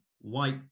white